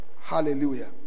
Hallelujah